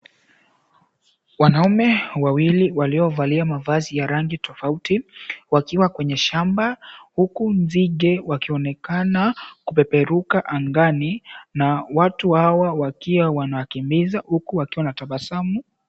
Wanaume wawili waliovalia mavazi ya rangi tofauti wakiwa kwenye shamba, huku nzige wakionekana kupeperuka angani na watu hawa wakiwa wanakimbiza huku wakiwa wanatabasamu.